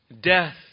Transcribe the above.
death